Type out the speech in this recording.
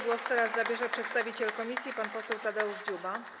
Głos teraz zabierze przedstawiciel komisji pan poseł Tadeusz Dziuba.